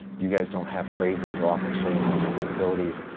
you guys don't have phrases or offer services or capabilities,